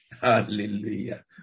Hallelujah